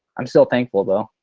i'm still thankful though.